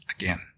again